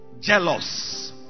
Jealous